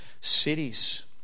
cities